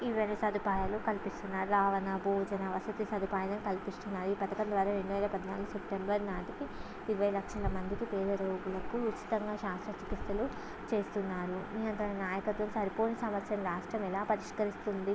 ఈ విధంగా సదుపాయాలు కల్పిస్తున్నారు రవాణా భోజన వసతి సదుపాయాలు కల్పిస్తున్నారు ఈ పథకం ద్వారా రెండు వేల పద్నాలుగు సెప్టెంబర్ నాటికి ఇరవై లక్షల మంది పేద రోగులకు ఉచితంగా శస్త్ర చికిత్సలు చేస్తున్నారు ఉన్నత నాయకత్వం సరిపోని సమస్యలు రాష్ట్రం ఎలా పరిష్కరిస్తుంది